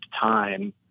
time